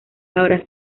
ahora